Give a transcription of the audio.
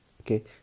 Okay